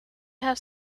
have